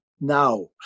Now